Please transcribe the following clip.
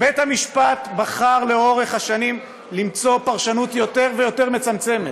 בית-המשפט בחר לאורך השנים למצוא פרשנות יותר ויותר מצמצמת,